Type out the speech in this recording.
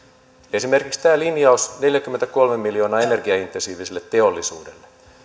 esimerkiksi tämä linjaus neljäkymmentäkolme miljoonaa energiaintensiiviselle teollisuudelle